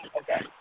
okay